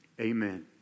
Amen